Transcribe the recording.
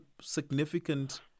significant